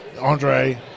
Andre